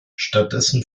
stattdessen